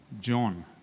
John